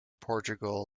portugal